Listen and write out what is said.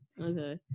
okay